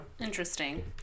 Interesting